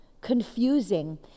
confusing